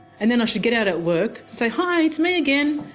and then i should get out at work say hi, it's me again,